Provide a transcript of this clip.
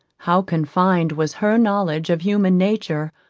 how confined was her knowledge of human nature,